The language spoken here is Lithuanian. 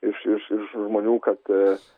iš iš iš žmonių kad